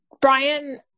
Brian